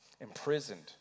imprisoned